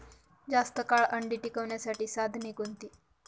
जास्त काळ अंडी टिकवण्यासाठी साधने कोणती?